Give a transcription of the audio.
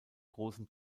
großem